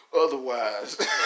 Otherwise